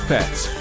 Pets